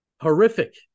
horrific